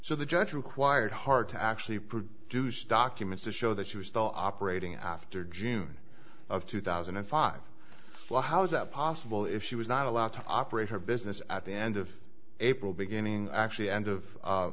so the judge required hard to actually produce documents to show that she was still operating after june of two thousand and five well how is that possible if she was not allowed to operate her business at the end of april beginning actually end of